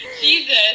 Jesus